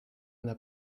n’a